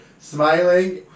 smiling